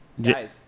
Guys